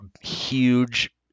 huge